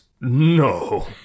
No